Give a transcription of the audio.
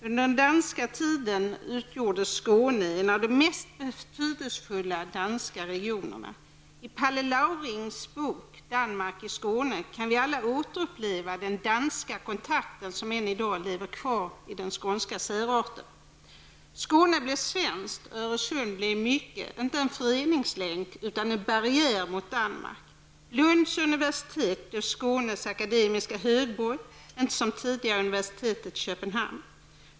Under den danska tiden utgjorde Skåne en av de mest betydelsefulla danska regionerna. I Palle Laurings bok Danmark i Skåne kan vi alla återuppleva den danska kontakten som än i dag lever kvar i den skånska särarten. Skåne blev svenskt, och Öresund blev inte längre en föreningslänk, utan en barriär mot Danmark. Lunds universitet blev Skånes akademiska högborg, inte som tidigare universitetet i Köpenhamn.